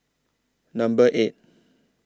Number eight